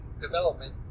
development